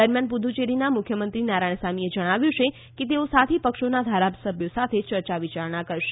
દરમિયાન પુદુચેરીના મુખ્યમંત્રી નારાયણસામીએ જણાવ્યું છે કે તેઓ સાથી પક્ષોના ધારાસભ્યો સાથે ચર્ચા વિચારણા કરશે